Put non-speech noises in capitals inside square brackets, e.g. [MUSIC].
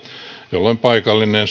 jolloin paikallinen [UNINTELLIGIBLE]